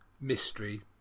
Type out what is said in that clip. mystery